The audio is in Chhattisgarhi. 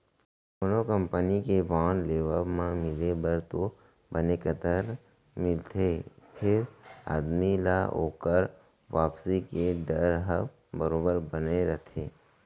कोनो कंपनी के बांड लेवब म मिले बर तो बने कंतर मिलथे फेर आदमी ल ओकर वापसी के डर ह बरोबर बने रथे